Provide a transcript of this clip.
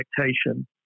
expectation